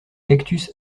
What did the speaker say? cactus